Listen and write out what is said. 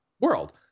world